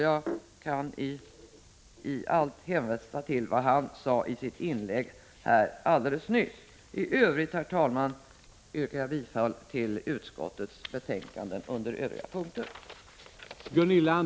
Jag kan i allt hänvisa till det han sade i sitt inlägg alldeles nyss. I övrigt, herr talman, yrkar jag bifall till utskottets hemställan.